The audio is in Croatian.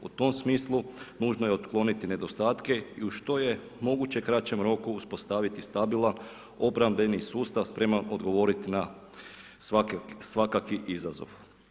U tom smislu nužno je otkloniti nedostatke i u što je mogućem kraćem roku uspostaviti stabilan obrambeni sustav, spreman odgovoriti na svakakvi izazov.